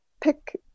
pick